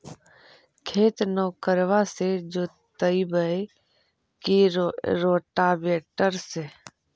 खेत नौफरबा से जोतइबै की रोटावेटर से?